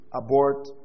abort